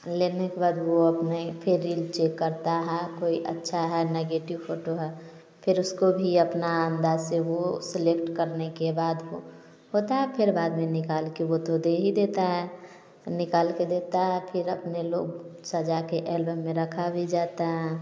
लेने के बाद वो अपने फिर रील चेक करता है कोई अच्छा है नेगेटिव फोटो है फिर उसको भी अपने अंदाज से वो सेलेक्ट करने के बाद को होता है फिर बाद में निकाल के वो धोते ही देता है निकाल के देता है फिर अपने लोग सजा के एल्बम में रखा भी जाता है